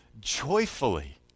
joyfully